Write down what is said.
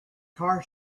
car